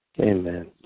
Amen